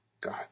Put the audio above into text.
God